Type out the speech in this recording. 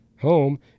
home